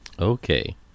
okay